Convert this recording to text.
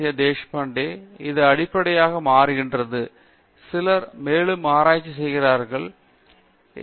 தேஷ்பாண்டே இது அடிப்படையாக மாறுகிறது சிலர் மேலும் ஆராய்ச்சி செய்கிறார்கள் எடுத்துக்காட்டாக எம்